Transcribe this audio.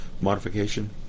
modification